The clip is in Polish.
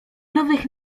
nowych